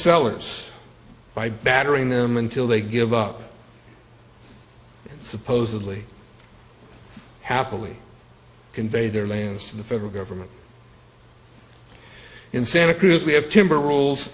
sellers by battering them until they give up supposedly happily convey their lands to the federal government in santa cruz we have timber rules